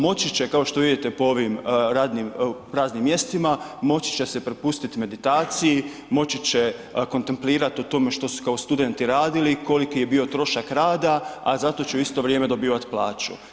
Moći će kao što vidite po ovim radnim, praznim mjestima moći će se prepustit meditaciji, moći će kontemplirat o tome što su kao studenti radili, koliki je bio trošak rada, a za to će u isto vrijeme dobivat plaću.